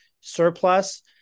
surplus